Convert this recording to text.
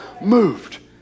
moved